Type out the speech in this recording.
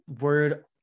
word